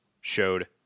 showed